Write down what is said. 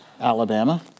Alabama